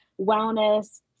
wellness